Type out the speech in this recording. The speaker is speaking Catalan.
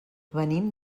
venim